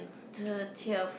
thirtieth